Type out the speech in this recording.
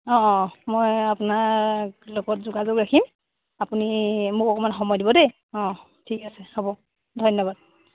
অ' মই আপোনাক লগত যোগাযোগ ৰাখিম সি মোক অকণমান সময় দিব দেই অ' ঠিক আছে হ'ব ধন্যবাদ